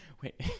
Wait